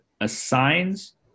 assigns